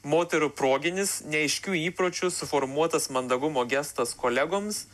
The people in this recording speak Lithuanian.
moterų proginis neaiškių įpročių suformuotas mandagumo gestas kolegoms